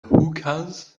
hookahs